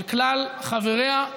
על כלל חבריה,